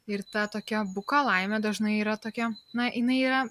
ir ta tokia buka laimė dažnai yra tokia na jinai yra